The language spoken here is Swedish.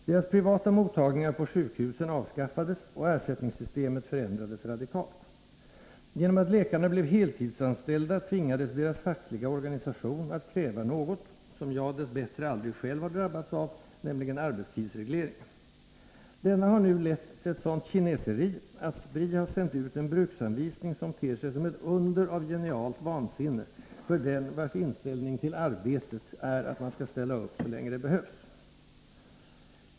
Deras privata mottagningar på sjukhusen avskaffades och ersättningssystemet förändrades radikalt. Genom att läkarna blev heltidsanställda tvingades deras fackliga organisation att kräva något som jag — dess bättre — själv aldrig har drabbats av, nämligen arbetstidsreglering. Denna har nu lett till ett sådant kineseri att SPRI har sänt ut en bruksanvisning, som ter sig som ett under av genialt vansinne för den vars inställning till arbetet är att man skall ställa upp så länge det behövs.